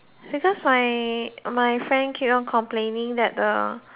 because my my friend keep on complaining that the